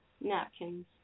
Napkins